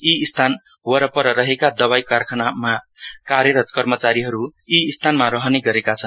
यी स्थान वरपर रहेको दवाई कारखानामा कार्यरत कर्मचारीहरु यी स्थानमा रहने गरेका छन्